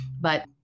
But-